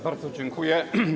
Bardzo dziękuję.